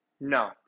no